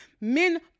men